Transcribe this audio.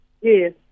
Yes